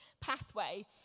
pathway